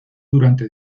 durante